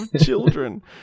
children